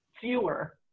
fewer